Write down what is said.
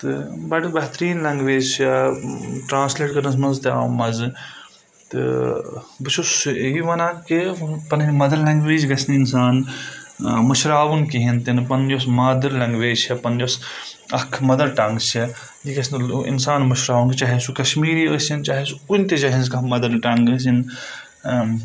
تہٕ بَڑٕ بہتریٖن لینٛگویج چھِ ٹَرٛانَسلَیٹ کَرنَس منٛز تہِ آو مَزٕ تہٕ بہٕ چھُس یہِ وَنان کہِ پَنٕنۍ مَدَر لنٛگویج گژھِ نہٕ اِنسان مُشراوُن کِہیٖنۍ تہِ نہٕ پَنٕنۍ یۄس مادَر لنٛگویج چھےٚ پَنٕنۍ یۄس مَدَر ٹنٛگ چھےٚ یہِ گژھِ نہٕ اِنسان مٔشراوُن چاہے سُہ کَشمیٖری ٲسِنۍ چاہے سُہ کُنہِ تہِ جایہِ ہِنٛز کانٛہہ مَدَر ٹنٛگ ٲسِن